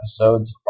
episodes